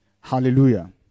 Hallelujah